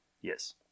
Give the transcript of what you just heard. Yes